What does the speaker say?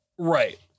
Right